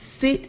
sit